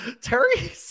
Terry